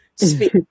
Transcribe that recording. speak